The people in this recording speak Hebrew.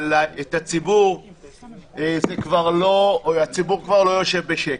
אבל הציבור כבר לא יושב בשקט.